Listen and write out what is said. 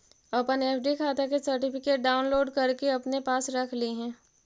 अपन एफ.डी खाता के सर्टिफिकेट डाउनलोड करके अपने पास रख लिहें